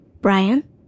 Brian